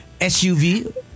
SUV